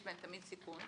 יש להם תמיד סיכון,